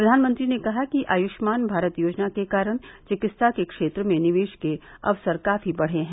प्रधानमंत्री ने कहा कि आयुष्मान भारत योजना के कारण चिकित्सा के क्षेत्र में निवेश के अवसर काफी बढ़े हैं